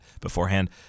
beforehand